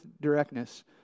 directness